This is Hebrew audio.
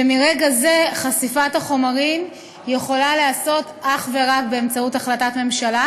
ומרגע זה חשיפת החומרים יכולה להיעשות אך ורק באמצעות החלטת ממשלה.